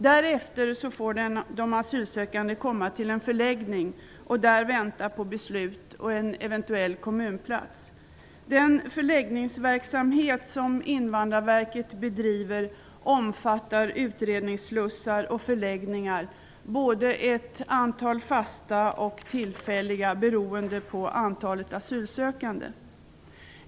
Därefter får den asylsökande komma till en förläggning och där vänta på beslut och en eventuell kommunplats. Den förläggningsverksamhet som Invandrarverket bedriver omfattar utredningsslussar och förläggningar, både fasta och tillfälliga beroende på antalet asylsökande.